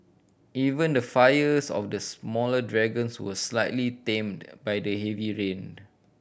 even the fires of the smaller dragons were slightly tamed by the heavy rain